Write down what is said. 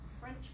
French